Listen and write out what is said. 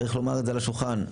השולחן: